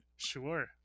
sure